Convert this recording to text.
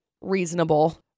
reasonable